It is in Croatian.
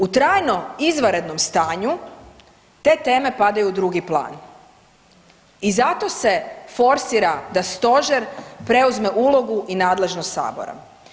U trajno izvanrednom stanju te teme padaju u drugi plan i zato se forsira da Stožer preuzme ulogu i nadležnost Sabora.